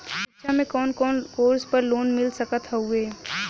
शिक्षा मे कवन कवन कोर्स पर लोन मिल सकत हउवे?